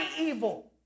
evil